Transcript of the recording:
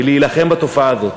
היא להילחם בתופעה הזאת.